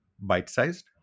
bite-sized